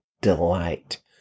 delight